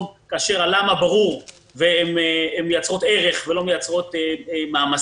כאשר הלמה ברור והן מייצרות ערך ולא מייצרות מעמסה.